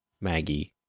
Maggie